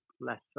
less